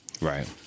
Right